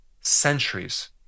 centuries